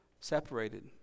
separated